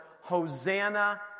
Hosanna